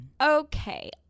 okay